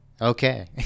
Okay